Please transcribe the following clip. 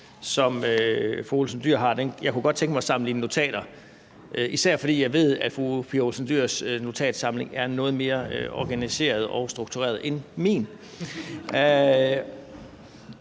som fru Pia Olsen Dyhr har, kunne jeg godt tænke mig at sammenligne notater, især fordi jeg ved, at fru Pia Olsen Dyhrs notatsamling er noget mere organiseret og struktureret end min.